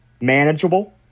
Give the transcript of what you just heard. manageable